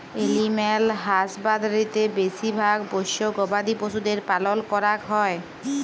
animal হাসবাদরীতে বেশি ভাগ পষ্য গবাদি পশুদের পালল ক্যরাক হ্যয়